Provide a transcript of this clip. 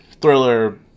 thriller